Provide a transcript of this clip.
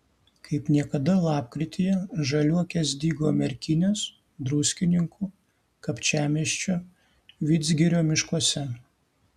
kaip niekada lapkrityje žaliuokės dygo merkinės druskininkų kapčiamiesčio vidzgirio miškuose